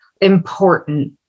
important